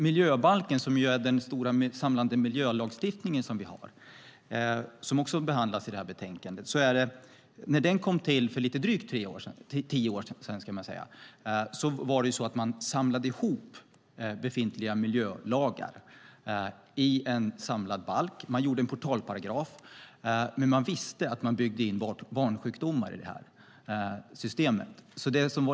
Miljöbalken - vår stora samlade miljölagstiftning - behandlas också i betänkandet. När miljöbalken för drygt tio år sedan kom till samlade man befintliga miljölagar i en balk. Man gjorde en portalparagraf men visste att barnsjukdomar byggdes in i systemet.